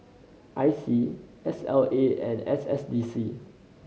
I C S L A and S S D C